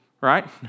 right